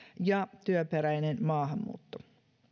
ja työperäinen maahanmuutto